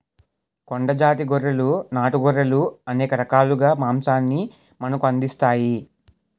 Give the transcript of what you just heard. కొండ జాతి గొర్రెలు నాటు గొర్రెలు అనేక రకాలుగా మాంసాన్ని మనకు అందిస్తాయి